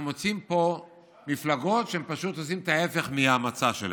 מוצאים פה מפלגות שפשוט עושות ההפך מהמצע שלהן.